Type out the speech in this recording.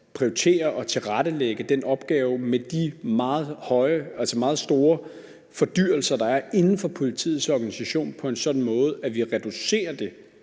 prioritere og tilrettelægge den opgave, der indebærer meget store fordyrelser inden for politiets organisation, på en sådan måde, at vi reducerer det